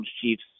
Chiefs